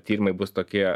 tyrimai bus tokie